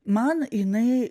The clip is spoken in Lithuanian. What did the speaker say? man jinai